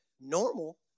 normal